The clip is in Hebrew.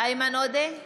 איימן עודה,